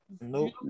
Nope